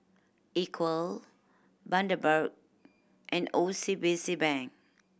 Equal Bundaberg and O C B C Bank